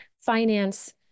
finance